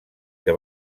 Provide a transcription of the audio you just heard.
que